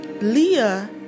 Leah